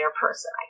person